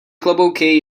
klobouky